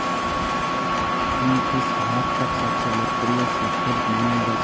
kingfish भारतक सबसं लोकप्रिय सीफूड मानल जाइ छै